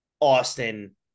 Austin